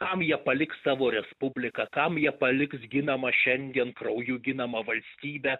kam jie paliks savo respubliką kam jie paliks ginamą šiandien krauju ginamą valstybę